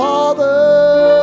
Father